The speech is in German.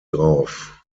drauf